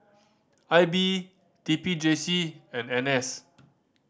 I B T P J C and N S